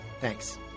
Thanks